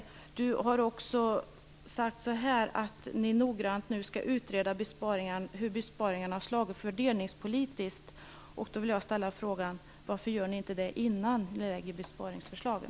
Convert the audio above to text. Börje Nilsson har också sagt att man noggrant skall utreda hur besparingarna har slagit fördelningspolitiskt. Varför gör ni inte det innan ni lägger besparingsförslagen?